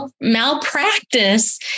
malpractice